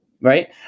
Right